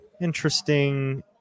Interesting